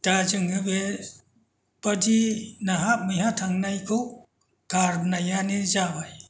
दा जोङो बेबादि नाहा मैहा थांनायखौ गारनायानो जाबाय